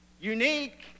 unique